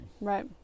Right